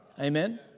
Amen